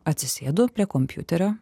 atsisėdu prie kompiuterio